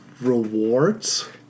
rewards